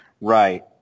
Right